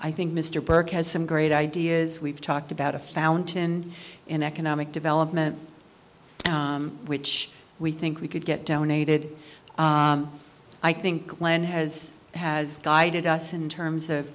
i think mr burke has some great ideas we've talked about a fountain in economic development which we think we could get donated i think len has has guided us in terms of